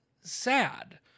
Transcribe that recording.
sad